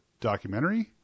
documentary